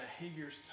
behaviors